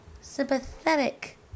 sympathetic